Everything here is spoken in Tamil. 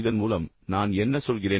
இதன் மூலம் நான் என்ன சொல்கிறேன்